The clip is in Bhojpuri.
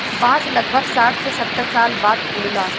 बांस लगभग साठ से सत्तर साल बाद फुलला